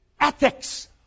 ethics